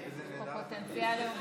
כבוד היושבת-ראש,